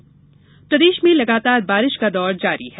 बारिश प्रदेश में लगातार बारिश का दौर जारी है